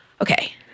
Okay